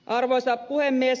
arvoisa puhemies